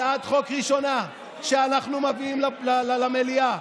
הצעת חוק ראשונה שאנחנו מביאים למליאה,